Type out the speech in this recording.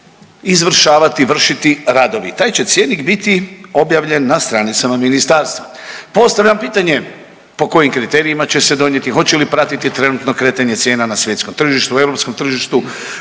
izvršavati, vršiti radovi. Taj će cjenik biti objavljen na stranicama ministarstva. Postavljam pitanje po kojim kriterijima će se donijeti, hoće li pratiti trenutno kretanje cijena na svjetskom tržištu, europskom tržištu,